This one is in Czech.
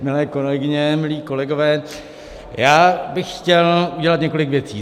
Milé kolegyně, milí kolegové, já bych chtěl udělat několik věcí.